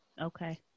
Okay